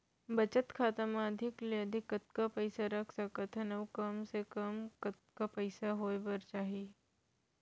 बचत खाता मा अधिक ले अधिक कतका पइसा रख सकथन अऊ कम ले कम कतका पइसा होय बर चाही?